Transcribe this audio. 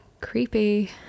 Creepy